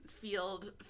field